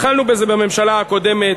התחלנו בזה בממשלה הקודמת,